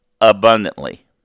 abundantly